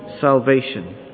salvation